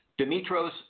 Dimitros